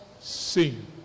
seen